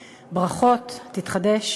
ברכות, תתחדש.